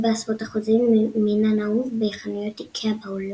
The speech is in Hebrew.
בעשרות אחוזים מן הנהוג בחנויות איקאה בעולם.